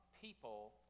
people